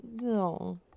No